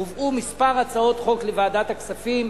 הובאו מספר הצעות חוק לוועדת הכספים.